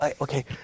Okay